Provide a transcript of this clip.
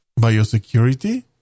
biosecurity